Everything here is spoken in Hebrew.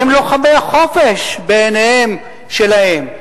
הם לוחמי החופש, בעיניהם שלהם.